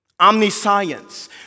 omniscience